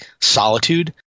solitude